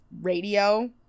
radio